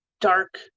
dark